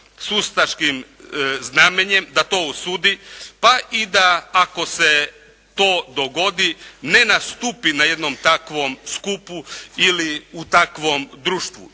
s ustaškim znamenjem da to osudi pa i da ako se to dogodi ne nastupi na jednom takvom skupu ili u takvom društvu.